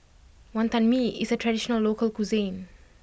Wantan Mee is a traditional local cuisine